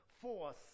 force